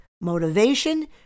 motivation